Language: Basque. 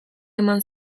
eman